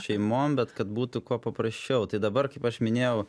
šeimom bet kad būtų kuo paprasčiau tai dabar kaip aš minėjau